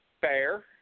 fair